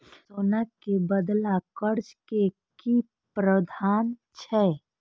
सोना के बदला कर्ज के कि प्रावधान छै?